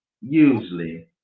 usually